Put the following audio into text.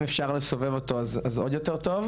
אם אפשר לסובב אותו, אז עוד יותר טוב.